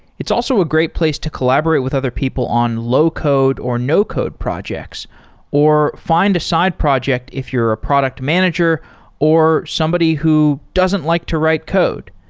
it's also a great place to collaborate with other people on low code or no code projects or find a side project if you're a product manager or somebody who doesn't like to write code.